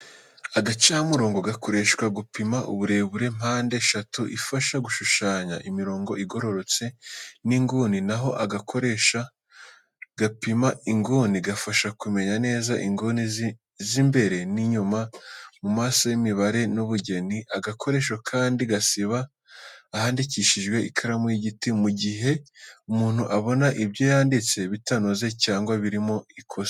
Agacamurongo gakoreshwa gupima uburebure, mpande eshatu ifasha gushushanya imirongo igororotse n’inguni, na ho agakoresho gapima inguni gafasha kumenya neza inguni z’imbere n’inyuma mu masomo y’imibare n’ubugeni. Agakoresho kandi gasiba ahandikishije ikaramu y'igiti mu gihe umuntu abona ibyo yanditse bitanoze cyangwa birimo ikosa.